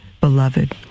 beloved